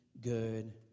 Good